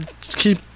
keep